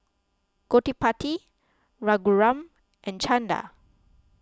Gottipati Raghuram and Chanda